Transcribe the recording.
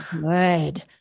good